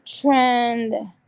trend